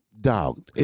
dog